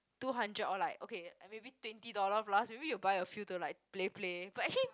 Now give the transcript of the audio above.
two hundred or like okay maybe twenty dollar plus maybe you buy a few to like play play but actually